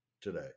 today